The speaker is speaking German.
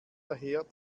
daher